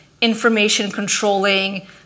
information-controlling